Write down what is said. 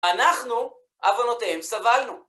אנחנו, עוונותיהם, סבלנו.